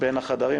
בין החדרים.